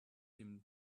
him